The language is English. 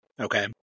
Okay